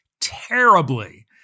terribly